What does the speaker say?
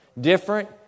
Different